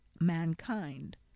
mankind